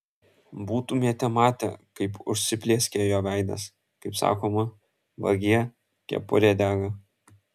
būtumėte matę kaip užsiplieskė jo veidas kaip sakoma vagie kepurė dega